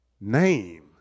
name